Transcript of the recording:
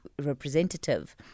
representative